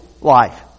life